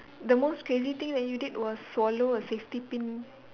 the most crazy thing that you did was swallow a safety pin